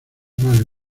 vale